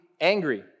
angry